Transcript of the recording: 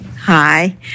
Hi